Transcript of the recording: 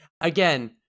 Again